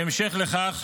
בהמשך לכך,